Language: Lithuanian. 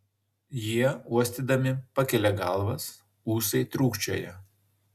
jie uostydami pakelia galvas ūsai trūkčioja